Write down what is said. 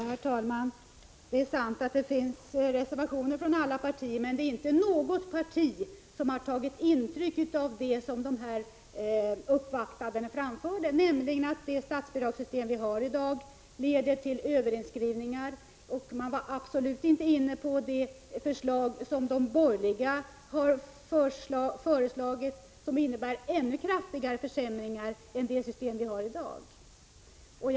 Herr talman! Det är sant att det finns reservationer från alla de borgerliga partierna, men inget av dessa partier har tagit intryck av det som de uppvaktande anförde, nämligen att det statsbidragssystem vi har i dag leder till överinskrivningar. De uppvaktande var absolut inte inne på det förslag som de borgerliga har fört fram och som innebär ännu kraftigare försämringar i jämförelse med det nuvarande systemet.